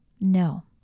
No